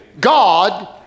God